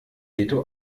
veto